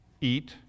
eat